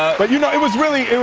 but you know, it was really